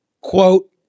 Quote